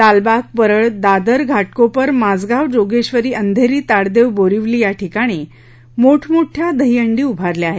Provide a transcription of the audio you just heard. लालबाग परळ दादर घाटकोपर माझगाव जोगेश्वरी अंधेरी ताडदेव बोरीवली या ठिकाणी मोठमोठ्या दहीहंडी उभारल्या आहेत